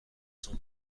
cent